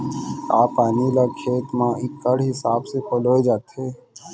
का पानी ला खेत म इक्कड़ हिसाब से पलोय जाथे?